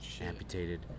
amputated